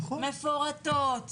מפורטות,